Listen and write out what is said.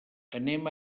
anem